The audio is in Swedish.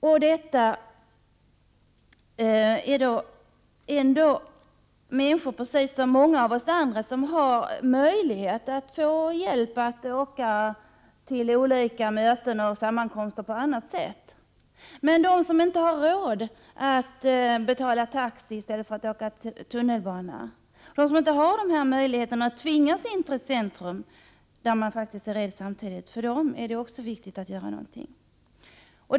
Det är ju då fråga om människor som liksom många av oss andra har möjlighet att åka till olika möten och sammankomster på annat sätt än med tunnelbana. Men det är också viktigt att göra någonting för dem som inte har råd att betala taxi och inte har andra möjligheter än att åka tunnelbana när de tvingas in till centrum trots att de är rädda.